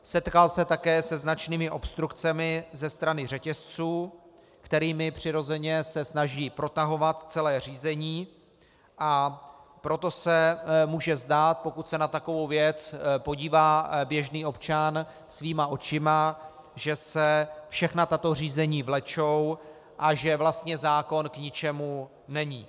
Setkal se také se značnými obstrukcemi ze strany řetězců, kterými přirozeně se snaží protahovat celé řízení, a proto se může zdát, pokud se na takovou věc podívá běžný občan svýma očima, že se všechna tato řízení vlečou a že vlastně zákon k ničemu není.